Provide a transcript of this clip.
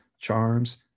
charms